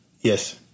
Yes